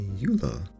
Eula